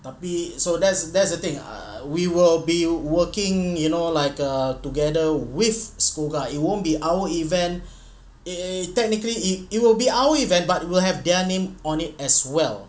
tapi so that's that's the thing ah we will be working you know like uh together with SCOGA it won't be our event eh technically it will be our event but will have their name on it as well